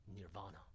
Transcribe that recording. nirvana